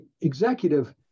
executive